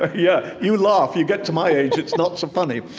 yeah. you laugh. you get to my age, it's not so funny